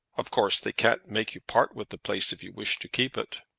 of course they can't make you part with the place if you wish to keep it.